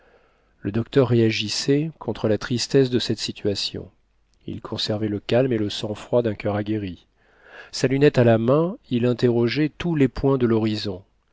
le docteur réagissait contre la tristesse de cette situation il conservait le calme et le sang-froid d'un cur aguerri sa lunette à la main il interrogeait tous les points de l'horizon